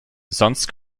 sonst